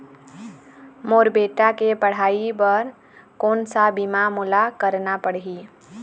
मोर बेटा के पढ़ई बर कोन सा बीमा मोला करना पढ़ही?